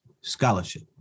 scholarship